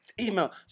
email